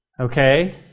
okay